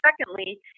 secondly